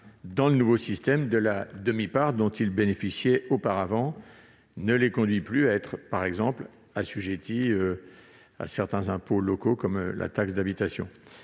dans le nouveau système, de la demi-part dont ils bénéficiaient auparavant ne les conduit plus à être assujettis à certains impôts locaux, comme la taxe d'habitation.